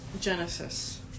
Genesis